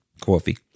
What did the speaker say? Coffee